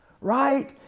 right